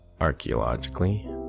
archaeologically